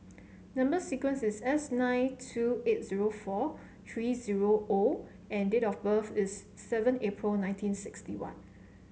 number sequence is S nine two eight zero four three zero O and date of birth is seven April nineteen sixty one